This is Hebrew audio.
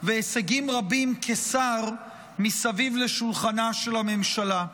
והישגים רבים כשר מסביב לשולחנה של הממשלה.